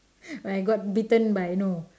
I got bitten by no